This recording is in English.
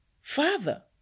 Father